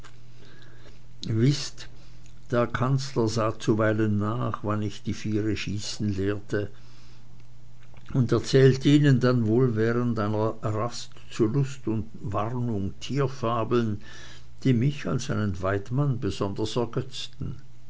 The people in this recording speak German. der kanzler sah zuweilen nach wann ich die viere schießen lehrte und erzählte ihnen dann wohl während einer rast zu lust und warnung tierfabeln die mich als einen weidmann besonders ergötzten